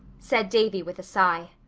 said davy with a sigh.